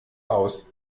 aus